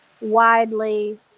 widely